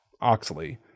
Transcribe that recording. Oxley